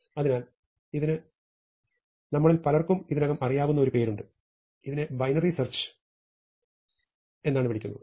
അതിനാൽ ഇതിന് നിങ്ങളിൽ പലർക്കും ഇതിനകം അറിയാവുന്ന ഒരു പേരുണ്ട് ഇതിനെ ബൈനറി സെർച്ച് എന്ന് വിളിക്കുന്നു